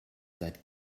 that